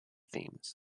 themes